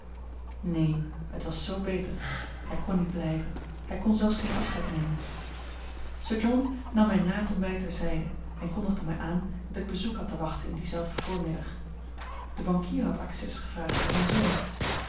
neen het was z beter hij kon niet blijven hij kon zelfs geen afscheid nemen sir john nam mij na t ontbijt ter zijde en kondigde mij aan dat ik bezoek had te wachten in dienzelfden voormiddag de bankier had accès gevraagd voor zijn zoon